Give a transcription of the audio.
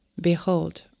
Behold